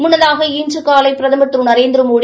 முன்னதாக இன்று காலை பிரதமர் திரு நரேந்திரமோடி